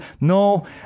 no